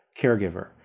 caregiver